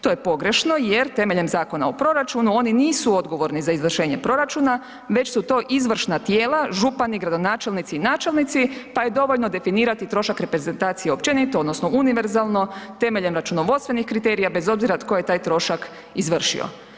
To je pogrešno jer temeljem Zakona o proračunu, oni nisu odgovorni za izvršenje proračuna, već su to izvršna tijela, župani, gradonačelnici i načelnici, pa je dovoljno definirati trošak reprezentacije općenito odnosno univerzalno temeljem računovodstvenih kriterija, bez obzira tko je taj trošak izvršio.